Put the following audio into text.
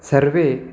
सर्वे